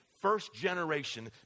first-generation